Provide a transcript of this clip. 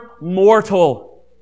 mortal